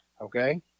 okay